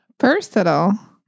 Versatile